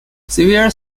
severe